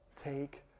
take